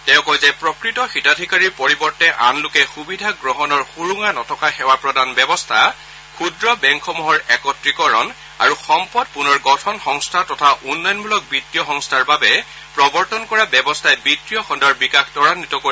তেওঁ কয় যে প্ৰকৃত হিতাধিকাৰীৰ পৰিৱৰ্তে আন লোকে সুবিধা গ্ৰহণৰ সুৰুঙা নথকা সেৱা প্ৰদান ব্যৱস্থা ক্ষুদ্ৰ বেংকসমূহৰ একত্ৰিকৰণ আৰু সম্পদ পূনৰ গঠন সংস্থা তথা উন্নয়নমূলক বিত্তীয় সংস্থাৰ বাবে প্ৰবৰ্তন কৰা ব্যৱস্থাই বিত্তীয় খণ্ডৰ বিকাশ ত্বৰান্নিত কৰিব